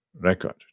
record